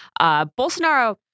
Bolsonaro